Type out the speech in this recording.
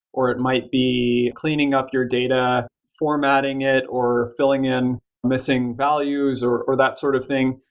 or it might be cleaning up your data, formatting it, or filling in missing values or or that sort of thing.